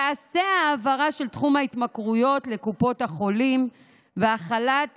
תיעשה העברה של תחום ההתמכרויות לקופות החולים והתחלת